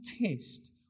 test